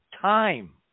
time